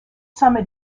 summer